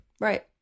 Right